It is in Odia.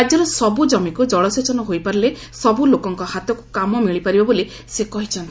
ରାଜ୍ୟର ସବୁ ଜମିକୁ ଜଳସେଚନ ହୋଇପାରିଲେ ସବୁ ଲୋକଙ୍ଙ ହାତକୁ କାମ ମିଳିପାରିବ ବୋଲି ସେ କହିଛନ୍ତି